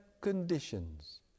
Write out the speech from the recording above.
conditions